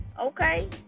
okay